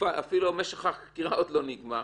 אפילו משך החקירה לא נגמר,